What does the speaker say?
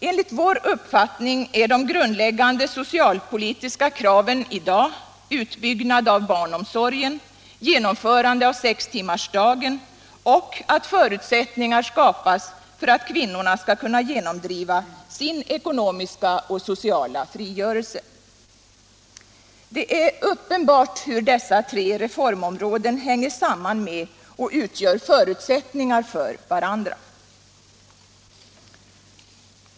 Enligt vår uppfattning är de grundläggande socialpolitiska kraven i dag utbyggnad av barnomsorgen, genomförande av sextimmarsdagen och skapande av förutsättningar för att kvinnorna skall kunna genomdriva sin ekonomiska och sociala frigörelse. Det är uppenbart hur dessa tre reformområden hänger samman med och utgör förutsättningar för varandra.